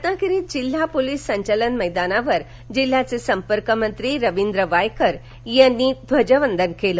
रत्नागिरीत जिल्हा पोलीस संचलन मैदानावर जिल्ह्याचे संपर्कमंत्री रवींद्र वायकर यांच्या हस्ते ध्वजवंदन करण्यात आलं